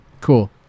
Cool